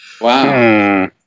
Wow